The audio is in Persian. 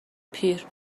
پیر